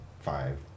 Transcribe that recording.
Five